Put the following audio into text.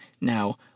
Now